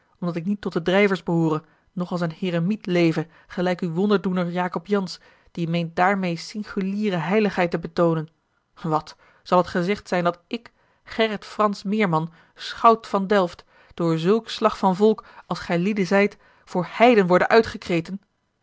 omdat ik niet tot de drijvers behoore noch als een heremiet leve gelijk uw wonderdoener jacob jansz die meent daarmeê singuliere heiligheid te betoonen wat zal het gezegd zijn dat ik gerrit fransz meerman schout van delft door zulk slag van volk als gijlieden zijt voor heiden worde uitgekreten